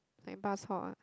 like bak-chor ah